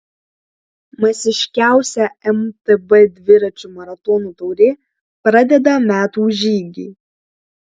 masiškiausia mtb dviračių maratonų taurė pradeda metų žygį